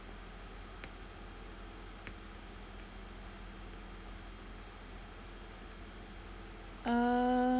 err